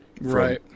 Right